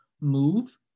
move